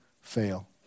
fail